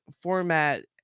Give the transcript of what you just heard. format